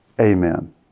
Amen